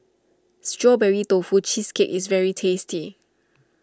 Strawberry Tofu Cheesecake is very tasty